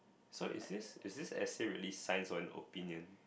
so is this is this essay really science or an opinion